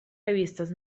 revistas